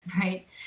Right